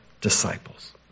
disciples